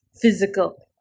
physical